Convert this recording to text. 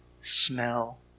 smell